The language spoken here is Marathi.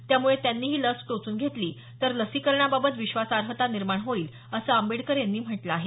त्यामुळे त्यांनीही लस टोचून घेतली तर लसीकरणाबाबत विश्वासार्हता निर्माण होईल असं आंबेडकर यांनी म्हटलं आहे